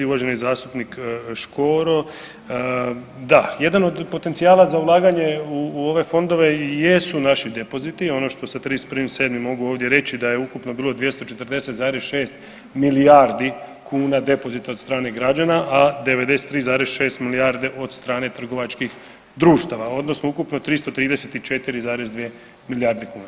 Uvaženi zastupnik Škoro, da, jedan od potencijala za ulaganje u ove fondove jesu naši depoziti, ono što sa 31.7. mogu ovdje reći da je ukupno bilo 240,6 milijardi kuna depozita od strane građana, a 93,6 milijarde od strane trovačkih društava odnosno ukupno 334,2 milijarde kuna.